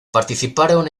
participaron